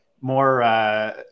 more